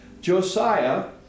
Josiah